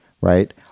right